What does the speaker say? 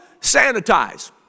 sanitize